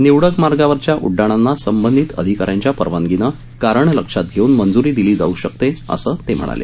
निवडक मार्गावरच्या उड्डाणांना संबंधित अधिकाऱ्यांच्या परवानगीनं कारण लक्षात घेऊन मंजूरी दिली जाऊ शकते असं ते म्हणाले